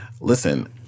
listen